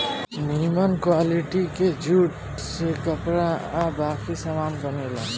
निमन क्वालिटी के जूट से कपड़ा आ बाकी सामान बनेला